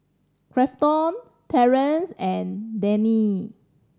Grafton Terance and Dayne